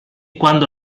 quando